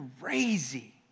crazy